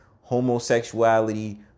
homosexuality